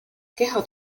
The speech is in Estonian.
keha